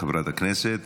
חברת הכנסת.